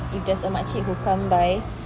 if there's a makcik who come by